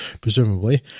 presumably